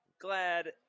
Glad